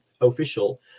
official